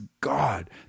God